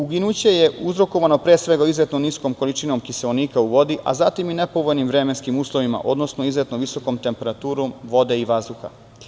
Uginuće je uzrokovano, pre svega, izuzetno niskom količinom kiseonika u vodi, a zatim i nepovoljnim vremenskim uslovima, odnosno izuzetno visokom temperaturom vode i vazduha.